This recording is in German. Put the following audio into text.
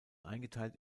eingeteilt